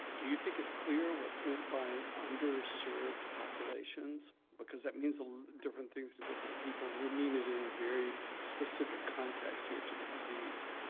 do you think it's clear what's meant by underserved populations? because that means different things to different people and we mean it in a very specific context here to the disease.